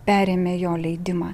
perėmė jo leidimą